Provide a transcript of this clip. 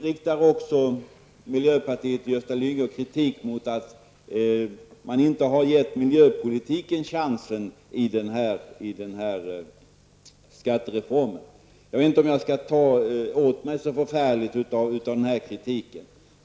Gösta Lyngå kritiserade också att man i skattereformen inte har gett miljöpolitiken en chans. Jag vet inte om jag skall ta åt mig så mycket av denna kritik.